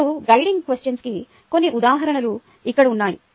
ఇప్పుడు గైడింగ్ క్వెషన్స్కి కొన్ని ఉదాహరణలు ఇక్కడ ఉన్నాయి